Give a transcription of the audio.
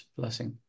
blessing